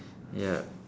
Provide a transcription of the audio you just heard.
ya